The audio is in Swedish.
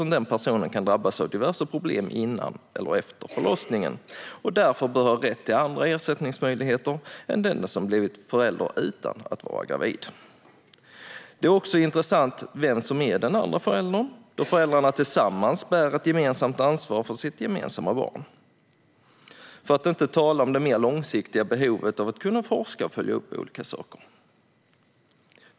Den personen kan drabbas av diverse problem innan eller efter förlossningen och bör därför ha rätt till andra ersättningsmöjligheter än den som blivit förälder utan att vara gravid. Det är också intressant att veta vem som är den andra föräldern då föräldrarna tillsammans bär ett gemensamt ansvar för sitt gemensamma barn - för att inte tala om det mer långsiktiga behovet av att kunna forska och följa upp olika saker.